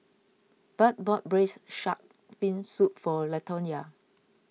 Budd bought Braised Shark Fin Soup for Latonya